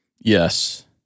yes